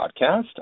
podcast